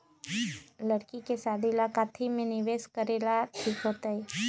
लड़की के शादी ला काथी में निवेस करेला ठीक होतई?